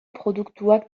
produktuak